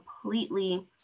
completely